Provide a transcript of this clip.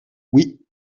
oui